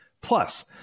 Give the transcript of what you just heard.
Plus